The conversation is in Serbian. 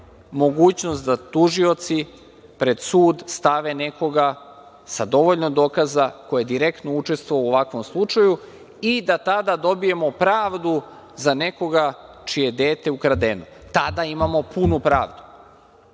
mogućnost da tužioci pred sud stave nekoga sa dovoljno dokaza ko je direktno učestvovao u ovakvom slučaju i da tada dobijemo pravdu za nekoga čije je dete ukradeno. Tada imamo punu pravdu. Ja